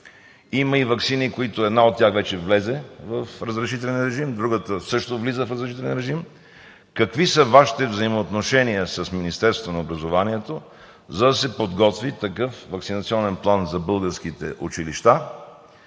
Има и ваксини, една от тях вече влезе в разрешителен режим, другата също влиза в разрешителен режим. Какви са Вашите взаимоотношения с Министерството на образованието, за да се подготви такъв ваксинационен план за българските училища?